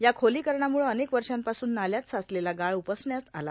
या खोलिकरणामुळं अनेक वर्षांपासून नाल्यात साचलेला गाळ उपसण्यात आला